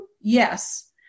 Yes